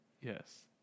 Yes